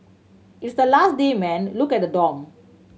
it's the last day man look at the dorm